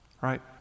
right